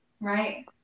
Right